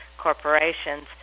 corporations